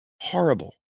horrible